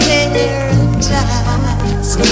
Paradise